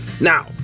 now